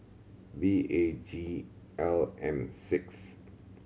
B A G L M six